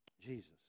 Jesus